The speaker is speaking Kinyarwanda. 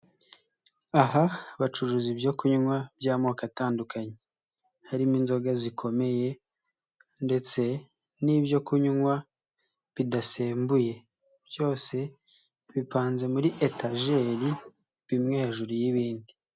Aha bacuruza ibyo kunywa by'amoko atandukanye. Harimo inzoga zikomeye ndetse n'ibyo kunywa bidasembuye. Byose bipanze muri etajeri, bimwe hejuru y'ibindi.